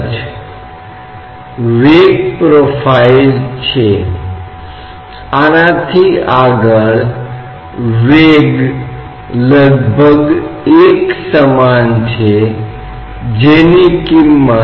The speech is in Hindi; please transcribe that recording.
तो हम कहते हैं कि यह कठोर निकाय गति के तहत है और इसलिए x के साथ अभी भी कुछ त्वरण है कहते हैं कि एक त्वरण ax है जो x के साथ है